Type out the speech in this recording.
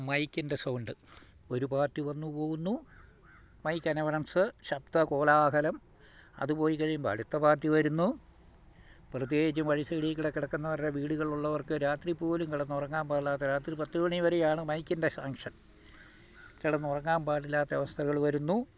മൈക്കിൻ്റെ sound ഒരു party വന്നു പോകുന്നു മൈക്ക് അനൗൺസ് ശബ്ദ കോലാഹലം അതു പോയിക്കഴിയുമ്പോൾ അടുത്ത പാർട്ടി വരുന്നു പ്രത്യേകിച്ച് വഴി സൈഡിൽ കിടക്കുന്നവരുടെ വീടുകളുള്ളവർക്ക് രാത്രി പോലും കിടന്നുറങ്ങാൻ പാടാത്ത രാത്രി പത്ത് മണി വരെയാണ് മൈക്കിൻ്റെ സാങ്ക്ഷൻ കിടന്നുറങ്ങാൻ പാടില്ലാത്തവസ്ഥകൾ വരുന്നു